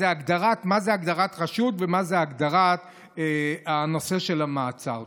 מה זו הגדרת רשות ומה זו הגדרת הנושא של המעצר.